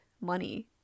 money